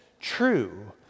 true